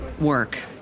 work